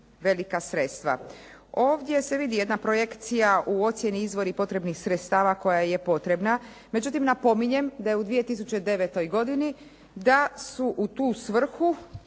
velika sredstva. Ovdje se vidi jedna projekcija u ocjeni izvori potrebnih sredstava koja je potrebna, međutim napominjem da je u 2009. godini da su u tu svrhu